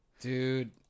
dude